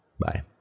Bye